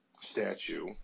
statue